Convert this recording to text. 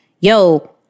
yo